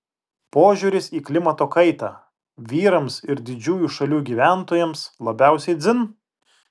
požiūris į klimato kaitą vyrams ir didžiųjų šalių gyventojams labiausiai dzin